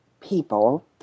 people